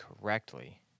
correctly